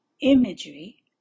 imagery